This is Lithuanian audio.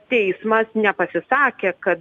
teismas nepasisakė kad